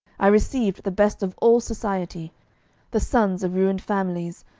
i received the best of all society the sons of ruined families,